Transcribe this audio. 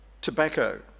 Tobacco